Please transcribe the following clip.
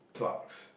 plugs